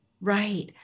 Right